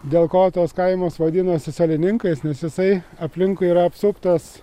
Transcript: dėl ko tas kaimas vadinosi salininkais nes jisai aplinkui yra apsuptas